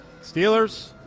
Steelers